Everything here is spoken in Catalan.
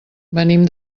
venim